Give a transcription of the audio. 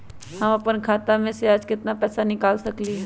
हम अपन खाता में से आज केतना पैसा निकाल सकलि ह?